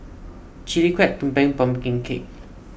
Chili Crab Tumpeng Pumpkin Cake